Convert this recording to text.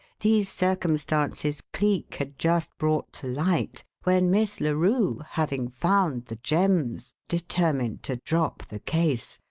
these circumstances cleek had just brought to light when miss larue, having found the gems, determined to drop the case,